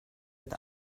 with